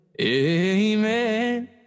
Amen